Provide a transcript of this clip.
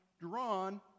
drawn